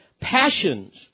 passions